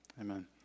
amen